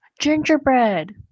Gingerbread